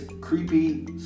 creepy